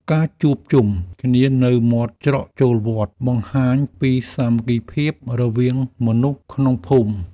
ការជួបជុំគ្នានៅមាត់ច្រកចូលវត្ត បង្ហាញពីសាមគ្គីភាពរបស់មនុស្សក្នុងភូមិ។